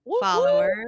followers